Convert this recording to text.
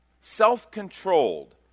self-controlled